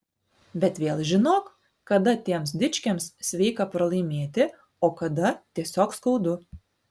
bet vėl žinok kada tiems dičkiams sveika pralaimėti o kada tiesiog skaudu